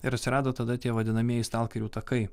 ir atsirado tada tie vadinamieji stalkerių takai